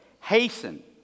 hasten